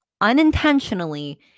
unintentionally